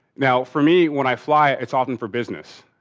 now for me when i fly it's often for business.